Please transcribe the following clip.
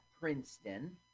Princeton